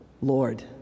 Lord